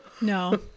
No